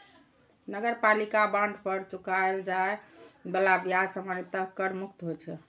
नगरपालिका बांड पर चुकाएल जाए बला ब्याज सामान्यतः कर मुक्त होइ छै